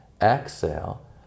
Exhale